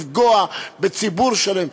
לפגוע בציבור שלם,